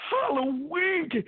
Halloween